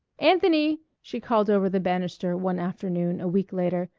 anthony! she called over the banister one afternoon a week later,